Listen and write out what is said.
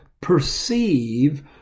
perceive